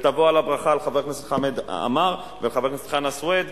ותבוא הברכה על חבר הכנסת חמד עמאר וחבר הכנסת חנא סוייד,